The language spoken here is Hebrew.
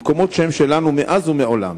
במקומות שהם שלנו מאז ומעולם